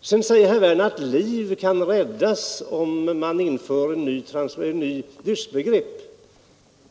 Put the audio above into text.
Sedan säger herr Werner att liv kan räddas, om man inför ett nytt dödsbegrepp.